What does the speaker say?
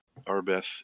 Arbeth